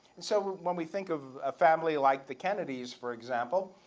and so when we think of a family like the kennedys, for example